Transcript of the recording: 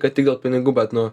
kad tik dėl pinigų bet nu